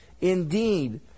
Indeed